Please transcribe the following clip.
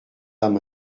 âmes